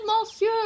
monsieur